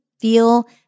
feel